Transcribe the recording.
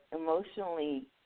emotionally